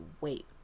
wait